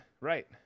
right